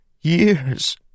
years